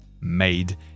made